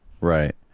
Right